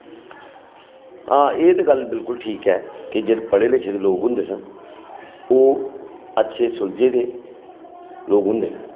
हां एह् ते गल्ल बिल्कुल ठीक ऐ के जेह्ड़े पढ़े लिखे दे लोग होंदे न ओह् अच्छे सुलझे दे लोग होंदे न